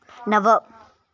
नव